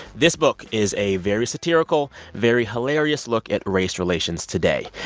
this book is a very satirical, very hilarious look at race relations today.